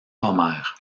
homère